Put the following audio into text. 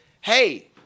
Hey